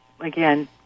again